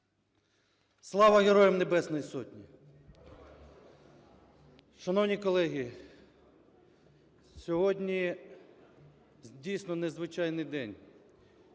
Слава Героям Небесної Сотні! Шановні колеги! Сьогодні, дійсно, незвичайний день.